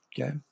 okay